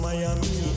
Miami